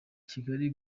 kigali